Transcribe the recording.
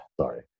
Sorry